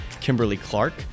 Kimberly-Clark